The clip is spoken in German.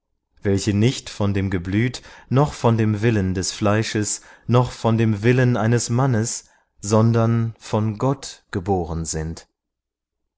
welche nicht von dem geblüt noch von dem willen des fleisches noch von dem willen eines mannes sondern von gott geboren sind